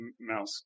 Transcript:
mouse